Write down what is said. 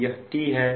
यह t है